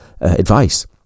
advice